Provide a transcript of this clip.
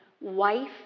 wife